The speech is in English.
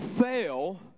fail